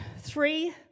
three